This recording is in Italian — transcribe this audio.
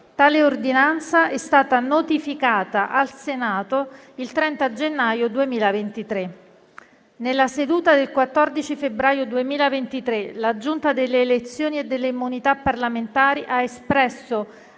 Tale ordinanza è stata notificata al Senato il 30 gennaio 2023. Nella seduta del 14 febbraio 2023 la Giunta delle elezioni e delle immunità parlamentari ha espresso,